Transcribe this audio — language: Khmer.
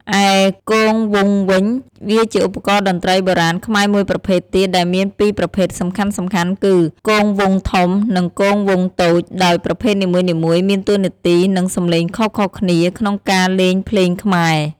ឯ គងវង់វិញ វាជាឧបករណ៍តន្រ្តីបុរាណខ្មែរមួយប្រភេទទៀតដែលមានពីរប្រភេទសំខាន់ៗគឺ គងវង់ធំ និងគងវង់តូច ដោយប្រភេទនីមួយៗមានតួនាទី និងសំឡេងខុសៗគ្នា ក្នុងការលេងភ្លេងខ្មែរ។